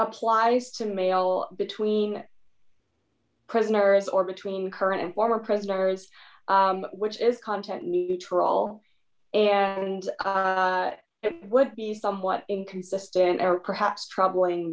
applies to male between prisoners or between current and former prisoners which is content neutral and it would be somewhat inconsistent or perhaps troubling